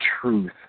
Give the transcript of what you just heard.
truth